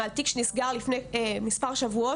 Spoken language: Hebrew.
על תיק שנסגר לפני מספר שבועות,